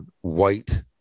white